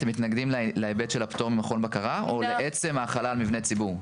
אתם מתנגדים להיבט של הפטור ממכון בקרה או לעצם ההחלה על מבני ציבור?